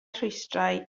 rhwystrau